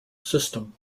system